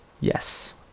Yes